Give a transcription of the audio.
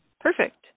Perfect